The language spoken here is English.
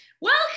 Welcome